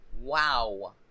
wow